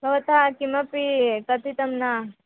भवन्तः किमपि कथितं न